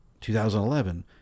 2011